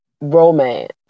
romance